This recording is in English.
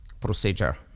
Procedure